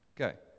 Okay